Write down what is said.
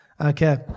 Okay